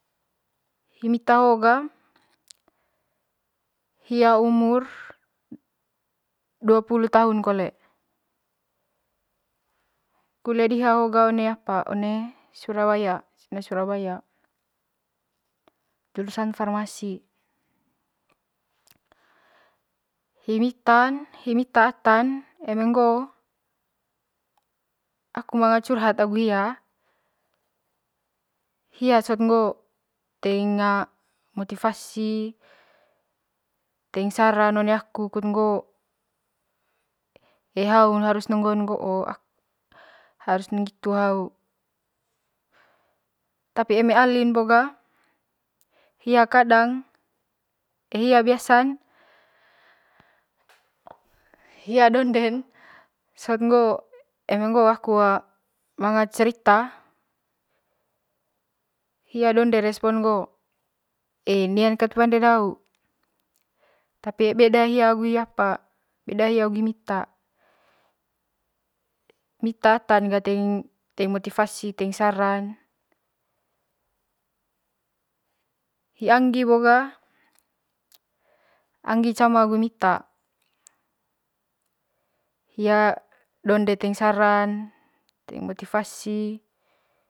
Hi mita ho'o ga hia umur dua pulu tahun kole kulia diha ho'o ga one surabaya oen surabaya terus jurusan farmasi hi mitan hi mita atan aku manga curhat agu hia, hia sot ngo'o teing motifasi teing saran one aku enu hau harus ngo ngo ngo harus ne ngitu hau tapi eme alin bo ga hia kadang hia biasang hia donde sot ngo'o eme ngo'o aku manga cerita hia donde respon ne ngo'o e nian kat pande dau tapi beda hia agu hi apa beda hia gu hi mita mita atan ga teing motivasi teing saran hi angi bo ga cama agu hi mita, hia donde teing saran teing motivasi.